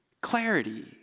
clarity